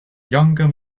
younger